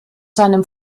seinem